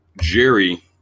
Jerry